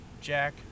Jack